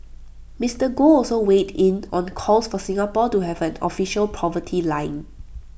Mister Goh also weighed in on calls for Singapore to have an official poverty line